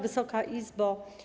Wysoka Izbo!